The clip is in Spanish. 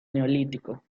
neolítico